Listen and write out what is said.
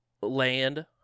land